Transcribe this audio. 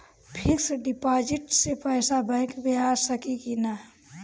Fix deposit से पैसा bank मे आ सकी कि ना?